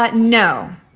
but no.